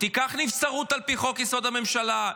תיקח נבצרות על פי חוק-יסוד: הממשלה,